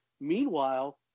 meanwhile